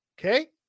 Okay